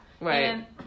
Right